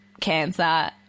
cancer